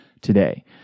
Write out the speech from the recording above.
today